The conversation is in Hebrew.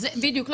נכון.